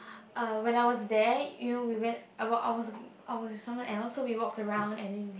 uh when I was there you know we went I was I was with someone else so we walk around and then we